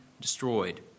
destroyed